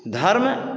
धर्म